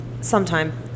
sometime